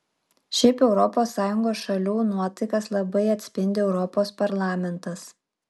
šiaip europos sąjungos šalių nuotaikas labai atspindi europos parlamentas